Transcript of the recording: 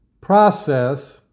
process